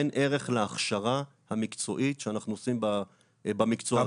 אין ערך להכשרה המקצועית שאנחנו עושים במקצוע הזה.